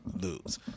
lose